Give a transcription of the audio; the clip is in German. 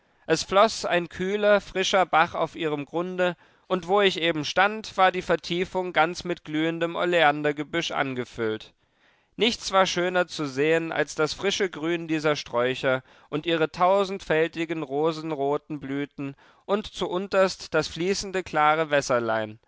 es floß ein kühler frischer bach auf ihrem grunde und wo ich eben stand war die vertiefung ganz mit glühendem oleandergebüsch angefüllt nichts war schöner zu sehen als das frische grün dieser sträucher und ihre tausendfältigen rosenroten blüten und zu unterst das fließende klare wässerlein